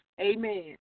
Amen